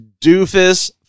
doofus